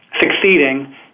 succeeding